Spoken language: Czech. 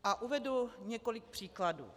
A uvedu několik příkladů.